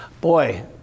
Boy